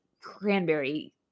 cranberry